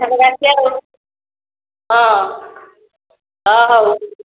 ଆସିବା ଆଉ ହଁ ହଁ ହେଉ